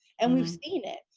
and we've seen it.